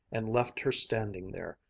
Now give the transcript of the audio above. and left her standing there,